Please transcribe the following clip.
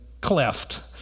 cleft